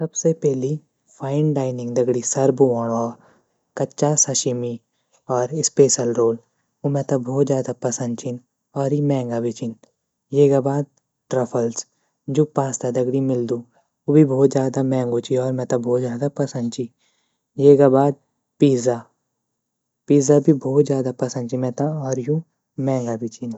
सबसे पैली fine dining दगड़ी सर्व वोण ववा कच्चा साशीमी और स्पेशल रोल उ में त भोत ज़्यादा पसंद छीन और ई महँगा भी चीन येगा बाद ट्रूफ़्लेस जू पास्ता दाग़दी मिल्दु ऊ भी भोत ज़्यादा महँगू ची और में त भोत ज़्यादा पसंद ची येगा बाद पिज़्ज़ा पिज़्ज़ा भी भोत ज़्यादा पसंद ची में त और यू महँगा भी छिन।